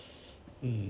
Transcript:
mm